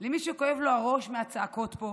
למי שכואב לו הראש מהצעקות פה,